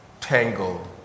tangled